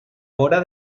vora